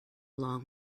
long